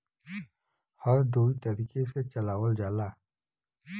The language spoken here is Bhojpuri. हर दुई तरीके से चलावल जाला